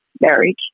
marriage